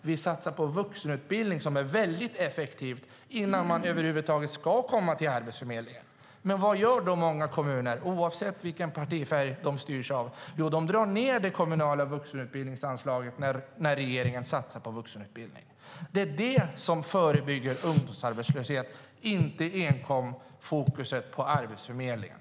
Vi satsar på vuxenutbildning, som är effektivt innan man över huvud taget ska komma till Arbetsförmedlingen. Vad gör då många kommuner oavsett partifärg? De drar ned det kommunala vuxenutbildningsanslaget när regeringen satsar på vuxenutbildning. Det är våra satsningar som förebygger ungdomsarbetslöshet, inte enkom fokus på Arbetsförmedlingen.